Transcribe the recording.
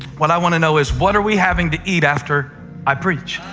what i want to know is what are we having to eat after i preach?